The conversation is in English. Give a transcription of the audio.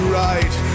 right